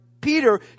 Peter